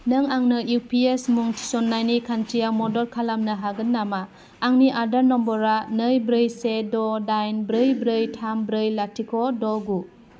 नों आंनो इउपिएस मुं थिसननायनि खान्थियाव मदद खालामनो हागोन नामा आंनि आदार नम्बरा नै ब्रै से द' दाइन ब्रै ब्रै थाम ब्रै लाथिख' द' गु